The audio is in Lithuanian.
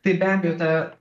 tai be abejo ta